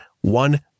one